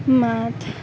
মাত